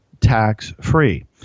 tax-free